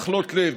מחלות לב,